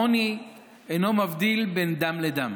העוני אינו מבדיל בין דם לדם,